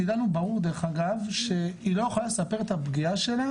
כי לנו ברור דרך אגב שהיא לא יכולה לספר את הפגיעה שלה